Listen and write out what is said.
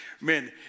man